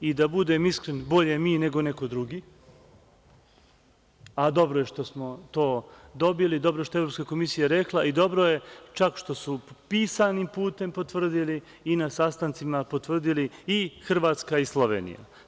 Da budem iskren, bolje mi nego neko drugi, a dobro je što smo to dobili, dobro je što je Evropska komisija rekla i dobro je čak što su pisanim putem potvrdili i na sastancima potvrdili i Hrvatska i Slovenija.